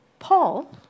Paul